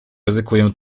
ryzykuję